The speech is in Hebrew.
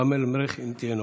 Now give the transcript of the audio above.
כמאל מריח, אם תהיה נוכחת.